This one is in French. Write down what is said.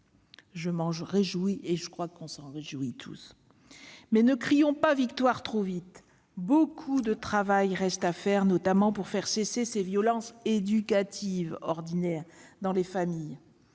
Je m'en réjouis, comme vous tous, mais ne crions pas victoire trop vite : beaucoup de travail reste à faire, notamment pour faire cesser ces violences éducatives ordinaires dans les familles.